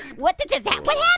what the just, yeah what yeah